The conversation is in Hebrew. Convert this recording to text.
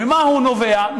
ממה הוא נובע?